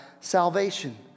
salvation